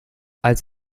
als